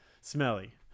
Smelly